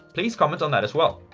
please comment on that as well.